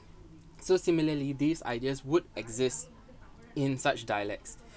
so similarly these ideas would exist in such dialects